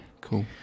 Cool